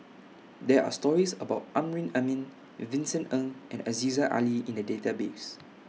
There Are stories about Amrin Amin Vincent Ng and Aziza Ali in The Database